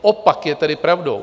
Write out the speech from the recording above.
Opak je tedy pravdou.